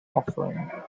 offering